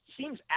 seems